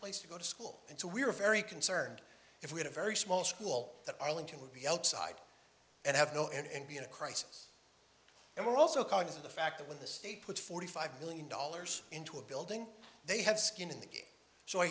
place to go to school and so we're very concerned if we had a very small school that arlington would be outside and have no and be in a crisis and we're also conscious of the fact that when the state put forty five million dollars into a building they have skin in the game so i